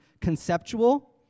conceptual